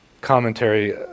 commentary